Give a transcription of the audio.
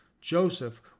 Joseph